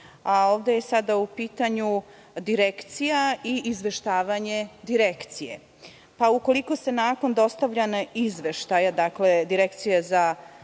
Ovde je sada u pitanju Direkcija i izveštavanje Direkcije. Ukoliko se nakon dostavljanja izveštaja Direkcije za